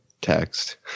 text